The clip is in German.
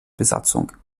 besatzung